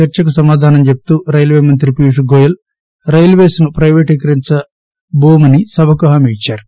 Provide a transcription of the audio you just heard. చర్సకు సమాధానం చెపుతూ రైల్వేమంత్రి పీయూష్ గోయల్ రైల్వేస్ ను ప్లైవేటీకరించమని సభకు హామీ ఇచ్చారు